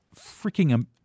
freaking